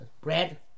bread